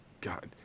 God